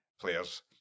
players